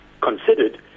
considered